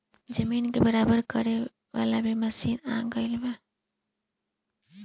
जमीन के बराबर करे वाला भी मशीन आ गएल बा